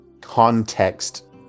context